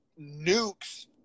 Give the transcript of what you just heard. nukes